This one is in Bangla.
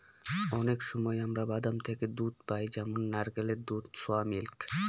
অনেক সময় আমরা বাদাম থেকে দুধ পাই যেমন নারকেলের দুধ, সোয়া মিল্ক